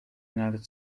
united